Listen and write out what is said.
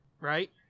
right